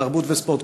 התרבות והספורט,